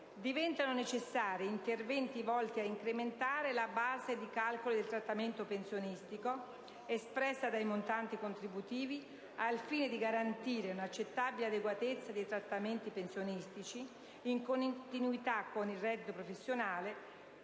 in essere interventi volti ad incrementare la base di calcolo del trattamento pensionistico espressa dai montanti contributivi, in modo tale da garantire l'adeguatezza dei trattamenti pensionistici in continuità con il reddito professionale